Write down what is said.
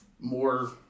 more